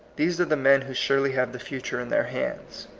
these are the men who surely have the future in their hands.